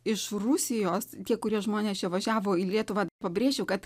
iš rusijos tie kurie žmonės čia važiavo į lietuvą pabrėžčiau kad